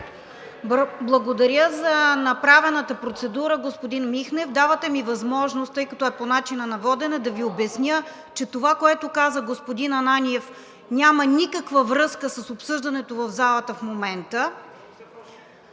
Благодаря за направената процедура, господин Михнев. Давате ми възможност, тъй като е по начина на водене, да ви обясня, че това, което каза господин Ананиев, няма никаква връзка с обсъждането в залата в момента,